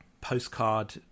postcard